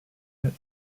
hit